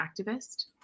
activist